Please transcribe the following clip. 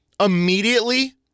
immediately